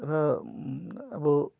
र अब